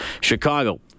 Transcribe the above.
Chicago